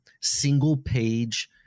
single-page